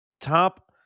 top